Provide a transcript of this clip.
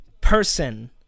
person